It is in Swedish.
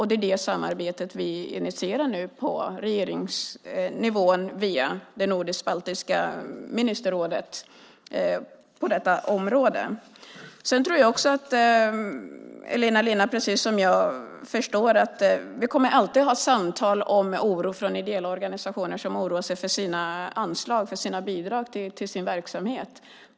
Det är det samarbetet vi initierar nu på regeringsnivå via det nordisk-baltiska ministerrådet på detta område. Jag tror att Elina Linna precis som jag förstår att vi alltid kommer att föra samtal om oron från ideella organisationer som oroar sig för anslagen och bidragen till verksamheten.